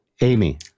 Amy